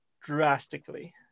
drastically